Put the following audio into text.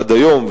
עד היום,